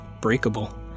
breakable